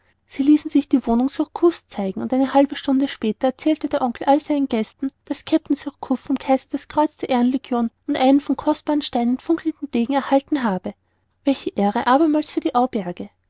sie ließen sich die wohnung surcouf's zeigen und eine halbe stunde später erzählte der oncle allen seinen gästen athemlos daß kapitän surcouf vom kaiser das kreuz der ehrenlegion und einen von kostbaren steinen funkelnden degen erhalten habe welche ehre abermals für die auberge